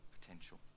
potential